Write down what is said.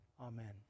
Amen